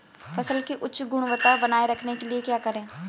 फसल की उच्च गुणवत्ता बनाए रखने के लिए क्या करें?